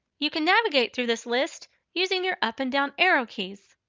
you can navigate through this list using your up and down arrow keys.